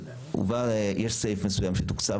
יש סעיף מסוים שתוקצב,